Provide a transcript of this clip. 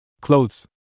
Clothes